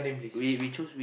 we we choose